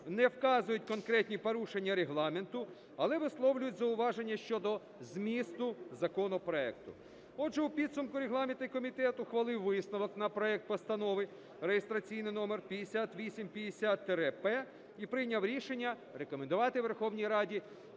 не вказують конкретні порушення Регламенту, але висловлюють зауваження щодо змісту законопроекту. Отже, у підсумку регламентний комітет ухвалив висновок на проект постанови реєстраційний номер 5850-П і прийняв рішення рекомендувати Верховній Раді